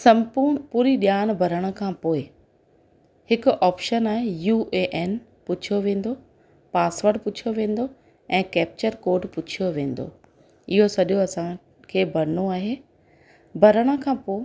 सम्पूर्ण पूरी ॼाण भरण खां पोइ हिकु ऑप्शन आहे यू ए एन पुछियो वेंदो पासवड पुछियो वेंदो ऐं कैप्चर कोड पुछियो वेंदो इहो सॼो असांखे भरिणो आहे भरण खां पोइ